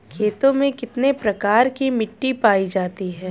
खेतों में कितने प्रकार की मिटी पायी जाती हैं?